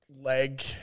Leg